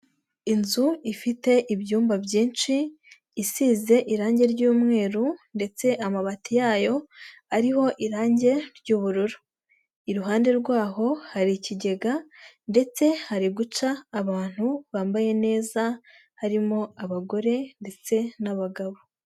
Inzu ifite ibyumba byinshi, isize irangi ry'umweru ndetse amabati yayo ariho irangi ry'ubururu. Iruhande rwaho hari ikigega ndetse hari guca abantu bambaye neza, harimo abagore ndetse n'abagabo.